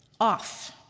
off